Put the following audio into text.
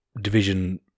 Division